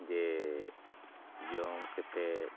ᱡᱮ ᱡᱚᱢ ᱠᱟᱛᱮᱫ